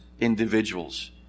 individuals